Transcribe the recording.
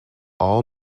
all